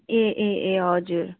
ए ए ए हजुर